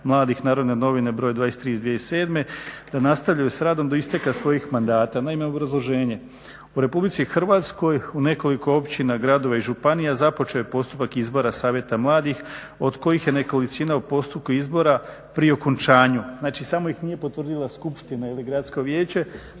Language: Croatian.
mladih, Narodne novine br. 23 iz 2007., da nastavljaju s radom do isteka svojih mandata. Naime obrazloženje, u Republici Hrvatskoj u nekoliko općina, gradova i županija započeo je postupak izbora savjeta mladih od kojih je nekolicina u postupku izbora pri okončanju, znači samo ih nije potvrdila skupština ili gradsko vijeće.